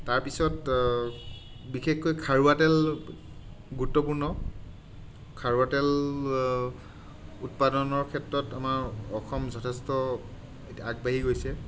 তাৰপিছত বিশেষকৈ খাৰুৱা তেল গুৰুত্বপূৰ্ণ খাৰুৱাতেল উৎপাদনৰ ক্ষেত্ৰত আমাৰ অসম যথেষ্ট এতিয়া আগবাঢ়ি গৈছে